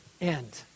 end